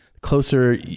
Closer